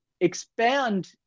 expand